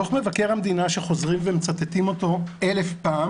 דוח מבקר המדינה, שחוזרים ומצטטים אותו אלף פעם